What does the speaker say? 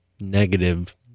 negative